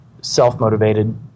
self-motivated